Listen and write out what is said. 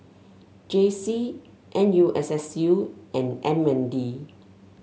J C N U S S U and M N D